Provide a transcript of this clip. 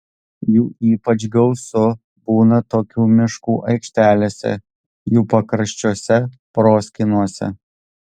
jų ypač gausu būna tokių miškų aikštelėse jų pakraščiuose proskynose